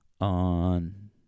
on